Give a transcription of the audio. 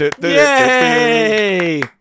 Yay